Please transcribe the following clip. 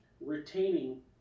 retaining